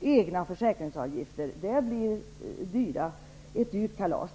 egna försäkringsavgifter. Det blir ett dyrt kalas!